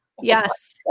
Yes